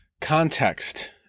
context